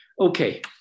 Okay